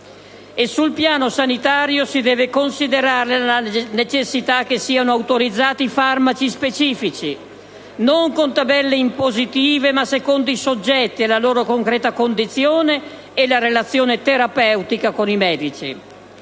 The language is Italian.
Sul piano sanitario si deve considerare la necessità che siano autorizzati farmaci specifici, non con tabelle impositive ma secondo i soggetti, la loro concreta condizione e la relazione terapeutica con i medici.